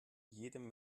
jedem